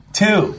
two